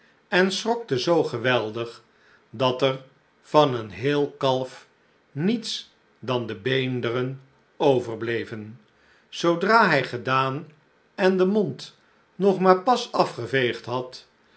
en schrokte zoo geweldig dat er van een heel kalf niets dan de beenderen overbleven zoodra hij gedaan en den mond nog maar pas afgeveegd had